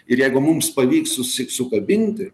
ir jeigu mums pavyks susik sukabinti